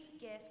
gifts